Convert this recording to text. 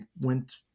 went